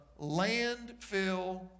landfill